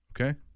Okay